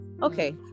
Okay